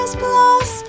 plus